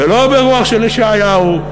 ולא ברוח של ישעיהו,